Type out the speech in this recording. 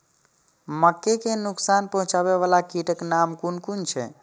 मके के नुकसान पहुँचावे वाला कीटक नाम कुन कुन छै?